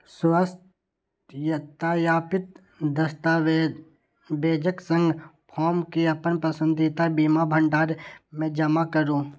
स्वसत्यापित दस्तावेजक संग फॉर्म कें अपन पसंदीदा बीमा भंडार मे जमा करू